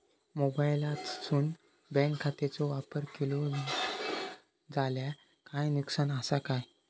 मोबाईलातसून बँक खात्याचो वापर केलो जाल्या काय नुकसान असा काय?